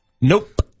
Nope